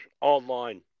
online